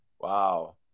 Wow